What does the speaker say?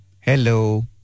hello